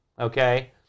okay